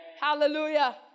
Hallelujah